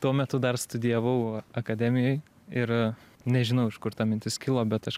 tuo metu dar studijavau akademijoj ir nežinau iš kur ta mintis kilo bet aš